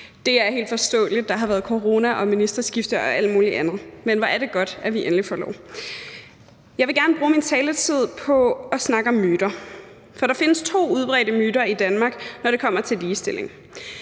det er helt forståeligt; der har været corona og ministerskift og alt muligt andet, men hvor er det godt, at vi endelig får lov. Jeg vil gerne bruge min taletid på at snakke om myter, for der findes to udbredte myter i Danmark, når det kommer til ligestilling,